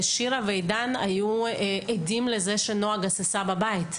שירה ועידן היו עדים לזה שנועה גססה בבית.